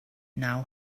now